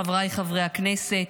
חבריי חברי הכנסת,